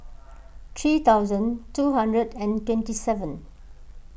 three thousand two hundred and twenty seven